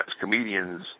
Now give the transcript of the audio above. comedians –